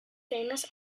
famous